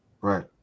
right